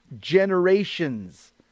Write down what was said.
generations